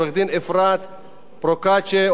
עורכת-הדין אפרת פרוקצ'יה,